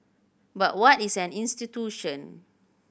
but what is an institution